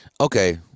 Okay